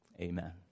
amen